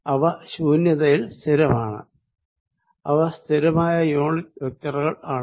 അവ ശൂന്യതയിൽ സ്ഥിരമാണ് ഇവ സ്ഥിരമായ യൂണിറ്റ് വെക്റ്ററുകൾ ആണ്